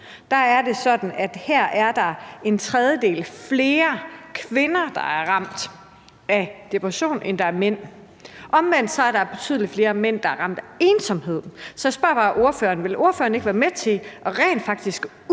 er det sådan, at der her er en tredjedel flere kvinder, der er ramt af depression, end der er mænd. Omvendt er der betydelig flere mænd, der er ramt af ensomhed. Så jeg spørger bare ordføreren: Vil ordføreren ikke være med til rent faktisk at